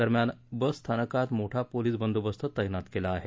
दरम्यान बस स्थानकात मोठा पोलीस बंदोबस्त तप्तित केला आहे